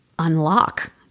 unlock